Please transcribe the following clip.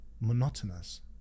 monotonous